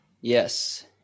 Yes